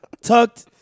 tucked